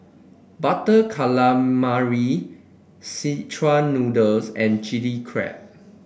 Butter Calamari Szechuan Noodles and Chilli Crab